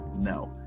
No